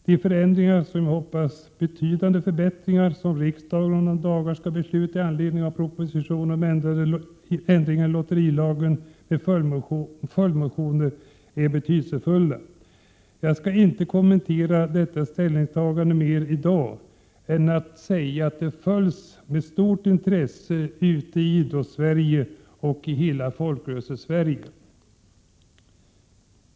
De förändringar och, som jag hoppas, betydande förbättringar som riksdagen om några dagar skall besluta i anledning av propositionen, och följdmotioner till denna, om ändringar i lotterilagen är betydelsefulla. Jag skall inte kommentera detta ställningstagande i dag, utan jag nöjer mig med att säga att det följs med stort intresse ute i Idrottssverige och hela Folkrörelsesverige.